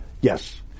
Yes